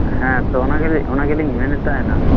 ᱦᱮᱸ ᱛᱚ ᱚᱱᱟ ᱜᱮᱞᱤ ᱚᱱᱟᱜᱮᱞᱤᱧ ᱢᱮᱱᱮᱫ ᱛᱟᱦᱮᱱᱟ